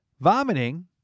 Vomiting